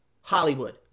Hollywood